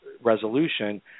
resolution